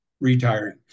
retiring